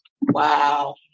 Wow